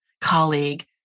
colleague